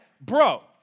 bro